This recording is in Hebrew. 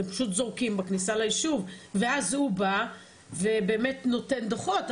הם פשוט זורקים בכניסה לישוב ואז הוא בא ובאמת נותן דו"חות,